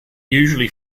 usually